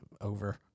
over